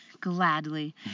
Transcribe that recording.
gladly